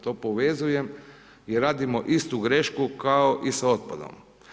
To povezujem i radimo istu grešku kao i sa otpadom.